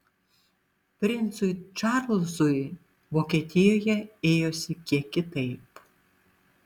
princui čarlzui vokietijoje ėjosi kiek kitaip